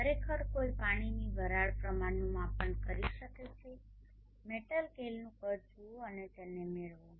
ખરેખર કોઈ પાણીની વરાળના પ્રમાણનુ માપન કરી શકે છે મેટલ કેલનું કદ જુઓ અને તેને મેળવો